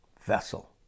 vessel